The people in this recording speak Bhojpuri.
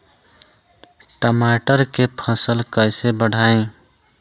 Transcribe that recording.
टमाटर के फ़सल कैसे बढ़ाई?